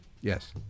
Yes